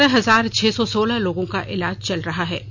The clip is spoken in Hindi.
ग्यारह हजार छह सौ सोलह लोगों का इलाज चल रहा है